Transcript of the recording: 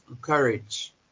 courage